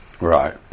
right